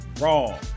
wrong